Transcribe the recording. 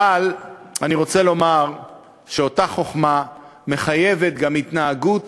ואני רוצה לומר שאותה חוכמה מחייבת גם התנהגות